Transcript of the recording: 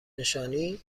نشانی